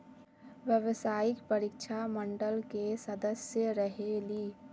व्यावसायिक परीक्षा मंडल के सदस्य रहे ली?